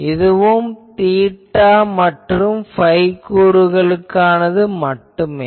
இதுவும் தீட்டா மற்றும் phi கூறுகளுக்கு மட்டுமே